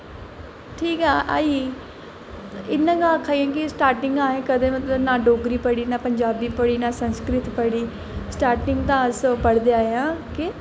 ठीक ऐ आई गेई इ'यां गै आक्खा दे स्टार्टिंग च ना असें कदैं पंजाबी पढ़ी नां डोगरी पढ़ी नां संस्कृत पढ़ी स्टार्टिंग दा अस पढ़दे आए आं केह्